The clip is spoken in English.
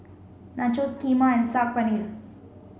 Nachos Kheema and Saag Paneer